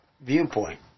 viewpoint